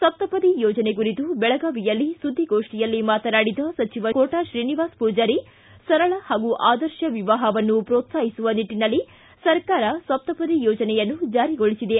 ಸಪ್ತಪದಿ ಯೋಜನೆ ಕುರಿತು ಬೆಳಗಾವಿಯಲ್ಲಿ ಸುದ್ದಿಗೋಷ್ಠಿಯಲ್ಲಿ ಮಾತನಾಡಿದ ಸಚಿವ ಕೋಟ ಶ್ರೀನಿವಾಸ ಪೂಜಾರಿ ಸರಳ ಹಾಗೂ ಆದರ್ಶ ವಿವಾಹವನ್ನು ಪ್ರೋತ್ಲಾಹಿಸುವ ನಿಟ್ಟನಲ್ಲಿ ಸರ್ಕಾರ ಸಪ್ತಪದಿ ಯೋಜನೆಯನ್ನು ಜಾರಿಗೊಳಿಸಿದೆ